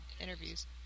interviews